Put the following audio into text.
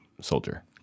soldier